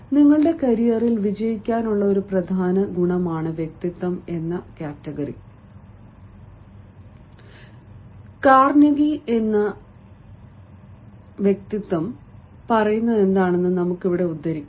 നിങ്ങളുടെ കരിയറിൽ വിജയിക്കാനുള്ള ഒരു പ്രധാന ഗുണമാണ് വ്യക്തിത്വം എന്ന് കാർനെഗി പറയുന്നതെന്താണെന്ന് നമുക്ക് ഇവിടെ ഉദ്ധരിക്കാം